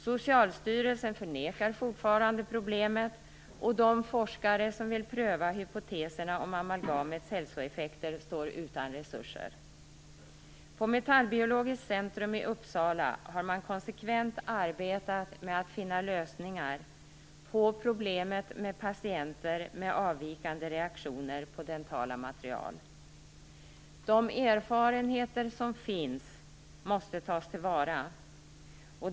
Socialstyrelsen förnekar fortfarande problemet, och de forskare som vill pröva hypoteserna om amalgamets hälsoeffekter står utan resurser. På Metallbiologiskt centrum i Uppsala har man konsekvent arbetat med att finna lösningar på problemet med patienter med avvikande reaktioner på dentala material. De erfarenheter som finns måste tas till vara.